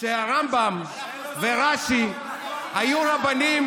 שהרמב"ם ורש"י היו רבנים,